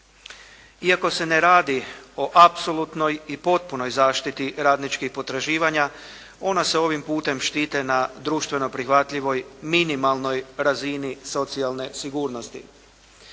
Iako se ne radi o apsolutnoj i potpunoj zaštiti radničkih potraživanja ona se ovim putem štite na društveno prihvatljivoj minimalnoj razini socijalne sigurnosti.